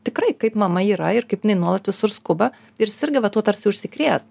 tikrai kaip mama yra ir kaip jinai nuolat visur skuba ir serga va tuo tarsi užsikrės